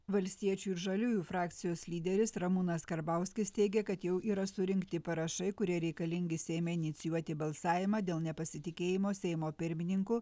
valstiečių ir žaliųjų frakcijos lyderis ramūnas karbauskis teigė kad jau yra surinkti parašai kurie reikalingi seime inicijuoti balsavimą dėl nepasitikėjimo seimo pirmininku